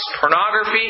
pornography